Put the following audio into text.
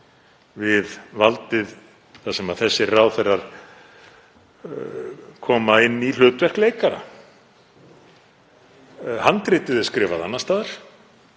við valdið þar sem þessir ráðherrar koma inn í hlutverk leikara. Handritið er skrifað annars staðar,